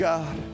God